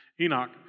Enoch